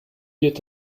wird